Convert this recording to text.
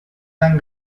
tan